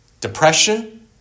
depression